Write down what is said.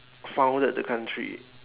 founded the country